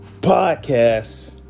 podcast